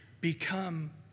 become